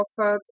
offered